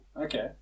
okay